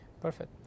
Perfect